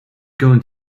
going